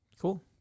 cool